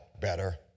better